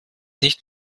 nicht